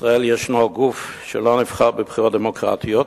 בישראל יש גוף שלא נבחר בבחירות דמוקרטיות,